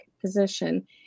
position